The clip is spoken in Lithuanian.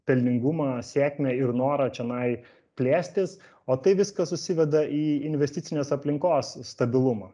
pelningumą sėkmę ir norą čianai plėstis o tai viskas susiveda į investicinės aplinkos stabilumą